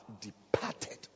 departed